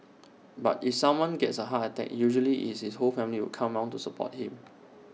but if someone gets A heart attack usually is his whole family would come around to support him